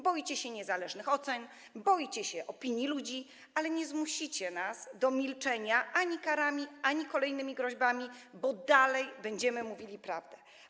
Boicie się niezależnych ocen, boicie się opinii ludzi, ale nie zmusicie nas do milczenia ani karami, ani kolejnymi groźbami, bo dalej będziemy mówili prawdę.